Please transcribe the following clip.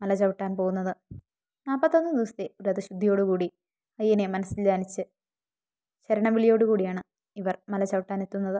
മല ചവിട്ടാന് പോവുന്നത് നാൽപ്പത്തൊന്ന് ദിവസത്തെ വ്രതശുദ്ധിയോടു കൂടി അയ്യനെ മനസ്സില് ധൃാനിച്ച് ശരണം വിളിയോട് കൂടിയാണ് ഇവര് മല ചവിട്ടാന് എത്തുന്നത്